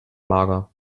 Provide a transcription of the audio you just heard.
mager